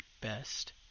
best